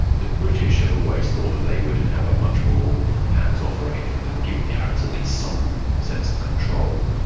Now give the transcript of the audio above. the british had always thought that they would have a much more hands-off arrangement and give the arabs at least some sense of control.